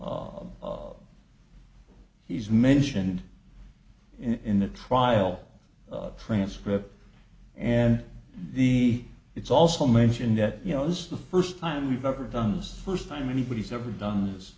he's mentioned in the trial transcript and the it's also mentioned that you know this is the first time we've ever done this first time anybody's ever done has